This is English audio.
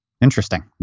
Interesting